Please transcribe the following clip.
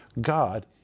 God